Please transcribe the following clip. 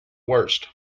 worst